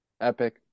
Epic